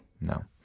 no